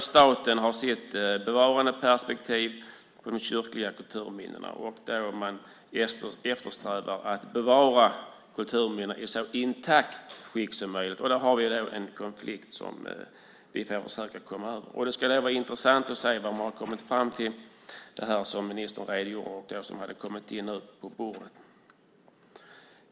Staten har sitt bevarandeperspektiv på de kyrkliga kulturminnena, där man eftersträvar att bevara kulturminnena i så intakt skick som möjligt. Där finns en konflikt som vi får försöka komma över. Det skulle vara intressant att se vad man har kommit fram till när det gäller det som ministern redogjorde för och som nu kommit in på bordet.